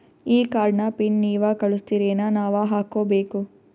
ಈ ಕಾರ್ಡ್ ನ ಪಿನ್ ನೀವ ಕಳಸ್ತಿರೇನ ನಾವಾ ಹಾಕ್ಕೊ ಬೇಕು?